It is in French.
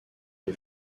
des